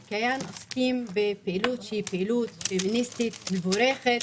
"כייאן" עוסקים בפעילות פמיניסטית מבורכת,